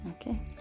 Okay